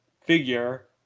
figure